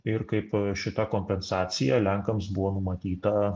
ir kaip šita kompensacija lenkams buvo numatyta